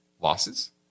losses